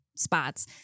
Spots